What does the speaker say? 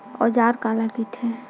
औजार काला कइथे?